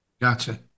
gotcha